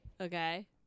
okay